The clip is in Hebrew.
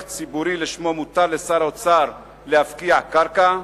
ציבורי שלשמו מותר לשר האוצר להפקיע קרקע,